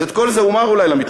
אז את כל זה אולי אומר למתנחלים,